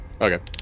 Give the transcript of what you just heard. okay